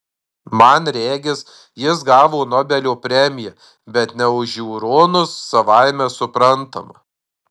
man regis jis gavo nobelio premiją bet ne už žiūronus savaime suprantama